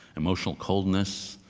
emotional coldness.